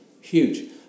Huge